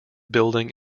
building